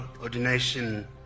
ordination